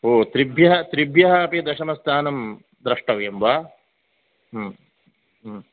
ओह् त्रिभ्यः त्रिभ्यः अपि दशमस्थानं द्रष्टव्यं वा